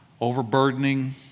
overburdening